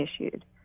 issued